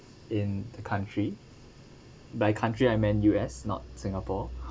in the country by country I meant U_S not singapore